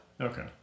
Okay